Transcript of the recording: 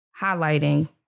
highlighting